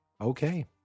okay